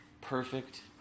Perfect